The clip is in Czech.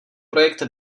projekt